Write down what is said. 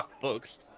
books